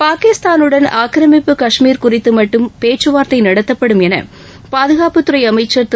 பாகிஸ்தானுடன் ஆக்கிரமிப்பு கஷ்மீர் குறித்து மட்டும் பேச்சுவார்த்தை நடத்தப்படும் என பாதுகாப்புத்துறை அமைச்சா் திரு